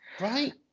Right